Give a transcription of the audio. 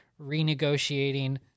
renegotiating